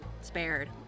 spared